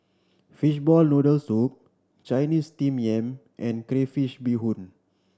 fishball noodle soup Chinese steam yam and crayfish beehoon